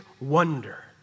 wonder